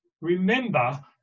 remember